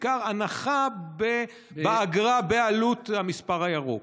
בעיקר הנחה באגרה בעלות המספר הירוק.